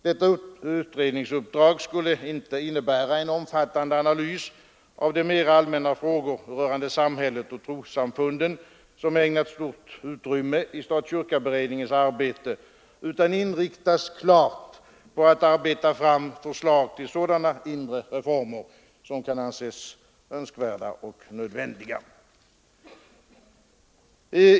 Detta utredningsuppdrag skulle icke innebära en omfattande analys av de mer allmänna frågor rörande samhället och trossamfunden som ägnats stort utrymme i stat—kyrka-beredningens arbete utan klart inriktas på att arbeta fram förslag till sådana inre reformer som kan anses önskvärda och nödvändiga.